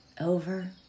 over